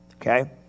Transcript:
okay